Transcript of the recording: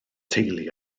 teulu